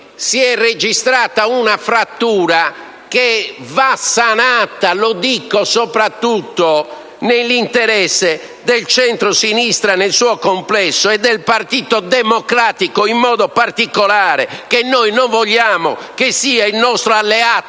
si è registrata una frattura che va sanata. Lo dico soprattutto nell'interesse del centrosinistra nel suo complesso e in modo particolare del Partito Democratico, che noi non vogliamo sia il nostro alleato